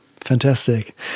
Fantastic